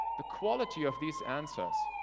the quality of these answers,